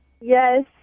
Yes